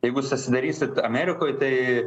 jeigu susidarysit amerikoj tai